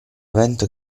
evento